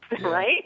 Right